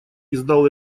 издал